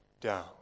down